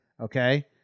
okay